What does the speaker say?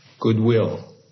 goodwill